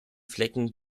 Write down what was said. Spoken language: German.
flecken